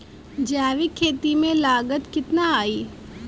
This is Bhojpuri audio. जैविक खेती में लागत कितना आई?